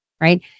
Right